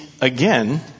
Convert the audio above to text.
again